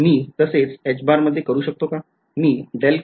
मी तसेच मध्ये करू शकतो का